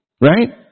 right